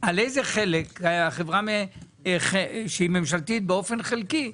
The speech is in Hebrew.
על איזה חלק החברה שאם ממשלתית באופן חלקי,